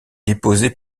déposé